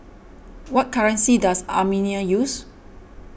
what currency does Armenia use